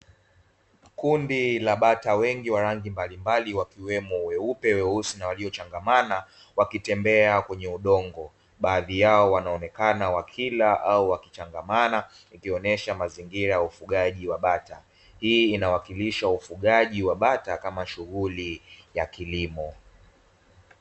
Kundi la bata wengi wa rangi mbalimbali wakiwemo weupe weusi na waliochangamana wakitembea kwenye udongo, baadhi yao wanaonekana wakila au wakichangamana ikionesha mazingira ya ufugaji wa bata hii inawakilisha ufugaji wa bata kama shughuli ya kilimo.